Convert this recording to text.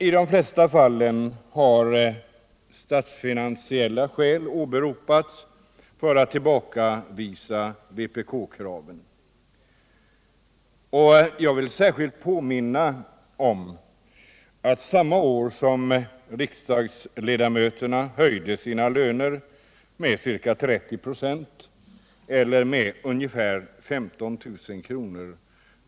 I de flesta fall har statsfinansiella skäl åberopats för att tillbakavisa vpk-kraven. Jag vill i det här sammanhanget särskilt påminna om ett förslag från vpk som framfördes samma år som riksdagsledamöterna höjde sina löner med ca 30 26, eller med ungefär 15 000 kr.